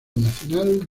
nacional